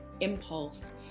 impulse